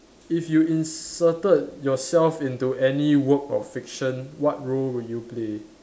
if you inserted yourself into any work of fiction what role would you play